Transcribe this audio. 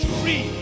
free